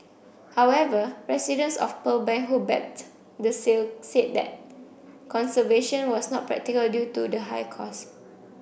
however residents of Pearl Bank who backed the sale said that conservation was not practical due to the high cost